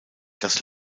das